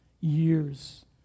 years